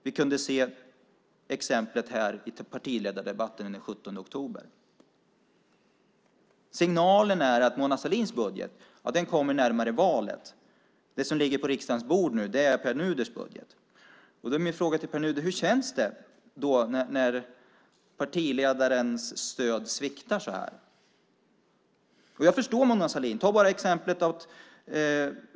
Vi kunde se det här i partiledardebatten den 17 oktober. Signalen är att Mona Sahlins budget kommer närmare valet. Det som ligger på riksdagens bord är Pär Nuders budget. Då är min fråga till Pär Nuder: Hur känns det när partiledarens stöd sviktar? Jag förstår Mona Sahlin.